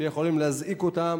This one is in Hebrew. שיכולים להזעיק אותם,